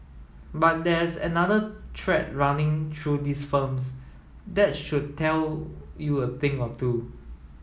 but there's another thread running through these firms that should tell you a thing or two